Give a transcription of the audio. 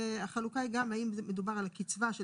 החלוקה היא גם האם מדובר על קצבה של